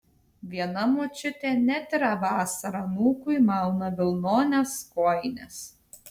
viena močiutė net ir vasarą anūkui mauna vilnones kojines